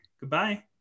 goodbye